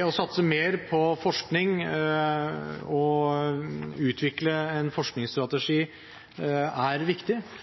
Å satse mer på forskning og å utvikle en forskningsstrategi er viktig,